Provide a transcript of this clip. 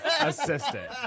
Assistant